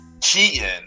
cheating